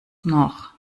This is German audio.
noch